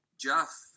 Jeff